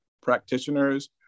practitioners